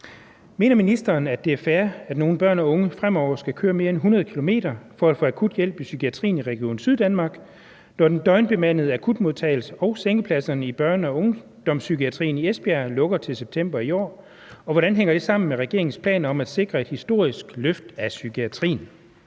Mener ministeren, at det er fair, at nogle børn og unge fremover skal køre mere end 100 km for at få akut hjælp i psykiatrien i Region Syddanmark, når den døgnbemandede akutmodtagelse og sengepladserne i Børne- og Ungdomspsykiatrien i Esbjerg lukker til september i år, og hvordan hænger det sammen med regeringens planer om at sikre et historisk løft af psykiatrien?